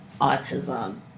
autism